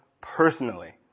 personally